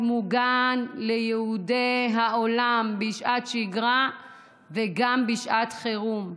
מוגן ליהודי העולם בשעת שגרה וגם בשעת חירום.